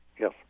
Yes